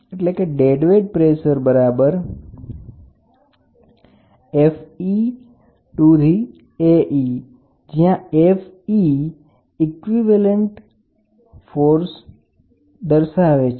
જ્યાં Fe એ piston અને વજન ના લીધે લાગતું સમાનબળ છે